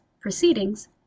proceedings